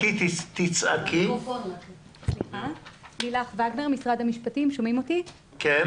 אין